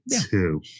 two